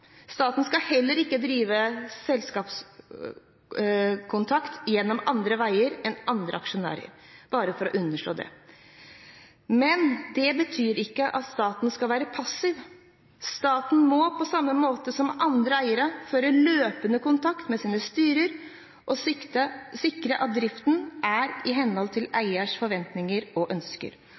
bare for å understreke det. Men det betyr ikke at staten skal være passiv. Staten må, på samme måte som andre eiere, ha løpende kontakt med sine styrer og sikre at driften er i henhold til eiers forventninger og ønsker.